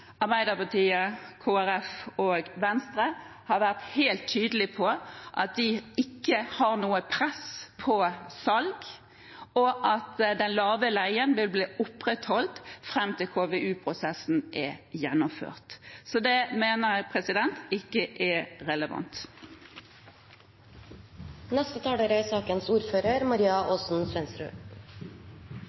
Arbeiderpartiet, Kristelig Folkeparti og Venstre, har vært helt tydelig på at det ikke er noe press på salg, og at den lave leien vil bli opprettholdt fram til KVU-prosessen er gjennomført. Så det mener jeg ikke er relevant. Arbeiderpartiet mener at en fengselsstruktur som legger til rette for et mangfold av ulike soningsalternativer, er